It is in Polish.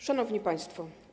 Szanowni Państwo!